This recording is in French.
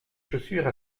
chaussures